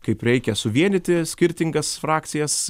kaip reikia suvienyti skirtingas frakcijas